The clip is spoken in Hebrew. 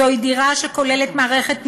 זו דירה שכוללת מערכת ניקוז,